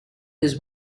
his